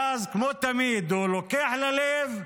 ואז, כמו תמיד, הוא לוקח ללב.